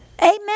Amen